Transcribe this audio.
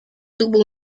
tuvo